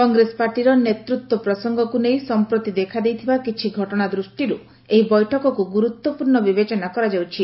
କଂଗ୍ରେସ ପାର୍ଟିର ନେତୃତ୍ୱ ପ୍ରସଙ୍ଗକୁ ନେଇ ସମ୍ପ୍ରତି ଦେଖାଦେଇଥିବା କିଛି ଘଟଣା ଦୃଷ୍ଟିରୁ ଏହି ବୈଠକକୁ ଗୁରୁତ୍ୱପୂର୍୍ଣ ବିବେଚନା କରାଯାଉଛି